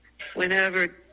whenever